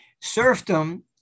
Serfdom